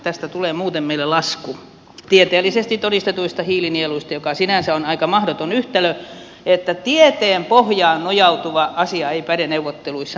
tästä tulee muuten meille lasku tieteellisesti todistetuista hiilinieluista mikä sinänsä on aika mahdoton yhtälö että tieteen pohjaan nojautuva asia ei päde neuvotteluissa